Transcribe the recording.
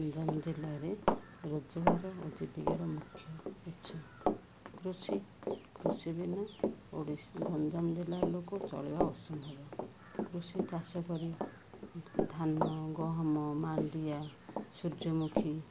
ଗଞ୍ଜାମ ଜିଲ୍ଲାରେ ରୋଜଗାର ଓ ଜୀବିକାର ମୁଖ୍ୟ ଉତ୍ସ କୃଷି କୃଷି ବିନା ଓଡ଼ିଶୀ ଗଞ୍ଜାମ ଜିଲ୍ଲାର ଲୋକ ଚଳିବା ଅସମ୍ଭବ କୃଷି ଚାଷ କରି ଧାନ ଗହମ ମାଣ୍ଡିଆ ସୂର୍ଯ୍ୟମୁଖୀ